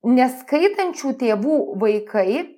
neskaitančių tėvų vaikai